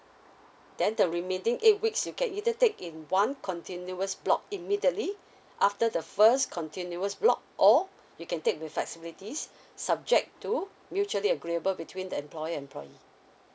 then the remaining eight weeks you can either take in one continuous block immediately after the first continuous block or you can take with flexibilities subject to mutually agreeable between the employer employee